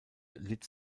litt